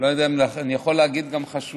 ואני לא יודע אם אני יכול להגיד שגם מהחשובות,